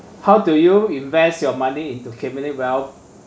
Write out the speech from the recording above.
how do you invest your money in to accumulate wealth